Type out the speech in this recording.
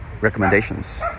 recommendations